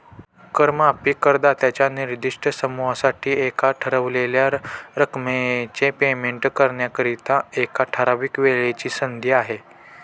कर माफी करदात्यांच्या निर्दिष्ट समूहासाठी एका ठरवलेल्या रकमेचे पेमेंट करण्याकरिता, एका ठराविक वेळेची संधी आहे